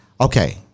Okay